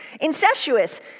incestuous